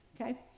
okay